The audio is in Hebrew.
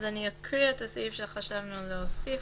אני אקרא את הסעיף שחשבנו להוסיף,